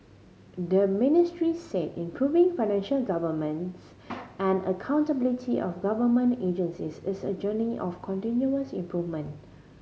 the Ministry said improving financial and accountability of government agencies is a journey of continuous improvement